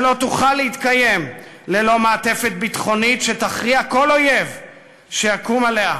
שלא תוכל להתקיים ללא מעטפת ביטחונית שתכריע כל אויב שיקום עליה,